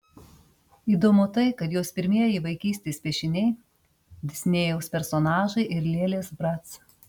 įdomu tai kad jos pirmieji vaikystės piešiniai disnėjaus personažai ir lėlės brac